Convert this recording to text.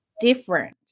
different